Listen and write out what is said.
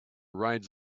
rides